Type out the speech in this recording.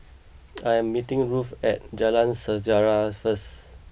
I am meeting Ruthe at Jalan Sejarah first